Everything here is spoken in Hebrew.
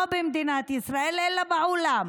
לא במדינת ישראל אלא בעולם.